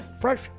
fresh